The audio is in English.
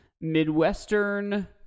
Midwestern